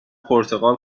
پرتقال